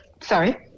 Sorry